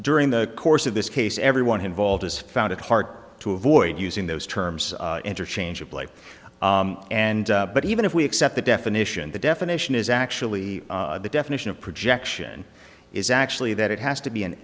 during the course of this case everyone involved has found it hard to avoid using those terms interchangeably and but even if we accept the definition the definition is actually the definition of projection is actually that it has to be an